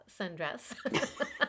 sundress